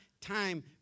time